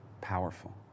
powerful